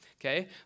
okay